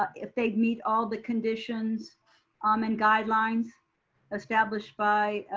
if they meet all the conditions um and guidelines established by